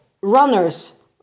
Runners